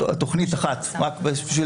לא.